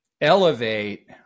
elevate